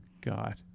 god